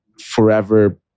forever